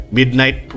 Midnight